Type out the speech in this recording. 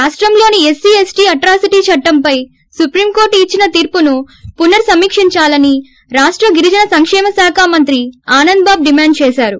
రాష్టంలోని SC ST atrocity చట్టంపై supreme court ఇచ్చిన తీర్పును పునః సమీకిందాలని రాష్ట్ర గిరిజన సంకేమ శాఖ మంత్రి ఆనందబాబు డిమాండ్ చేశారు